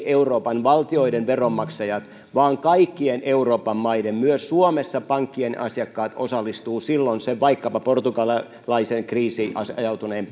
euroopan valtioiden veronmaksajat vaan kaikkien euroopan maiden myös suomessa pankkien asiakkaat osallistuvat silloin sen vaikkapa portugalilaisen kriisiin ajautuneen